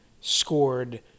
scored